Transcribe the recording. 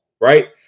right